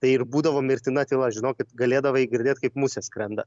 tai ir būdavo mirtina tyla žinokit galėdavai girdėt kaip musė skrenda